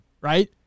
right